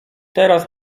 teraz